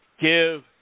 Give